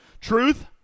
Truth